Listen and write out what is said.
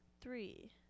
three